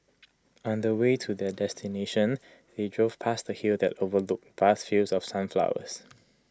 on the way to their destination they drove past A hill that overlooked vast fields of sunflowers